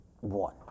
one